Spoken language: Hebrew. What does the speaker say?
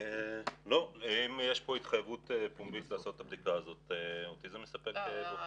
אם יש פה התחייבות פומבית לעשות את הבדיקה אז אותי זה מספק.